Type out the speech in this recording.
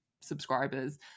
subscribers